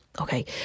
Okay